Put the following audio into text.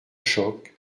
choc